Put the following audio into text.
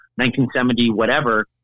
1970-whatever